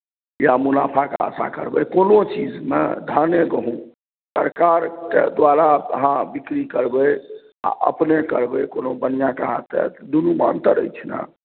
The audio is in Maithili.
या मुनाफाके आशा करबै कोनो चीजमे धाने गहूँम सरकारके द्वारा अहाँ बिक्री करबै आ अपने करबै कोनो बनिआँके हाथे दुनूमे अन्तर अछि ने